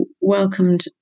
welcomed